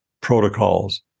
protocols